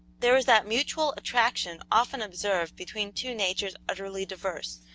there was that mutual attraction often observed between two natures utterly diverse.